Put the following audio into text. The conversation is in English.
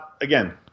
again